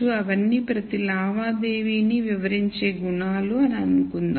అవన్నీ ప్రతి లావాదేవీని వివరించే గుణాలు అవి అనుకుందాం